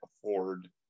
afford